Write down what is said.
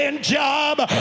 Job